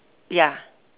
ya